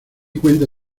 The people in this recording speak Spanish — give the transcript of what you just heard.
cuenta